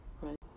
right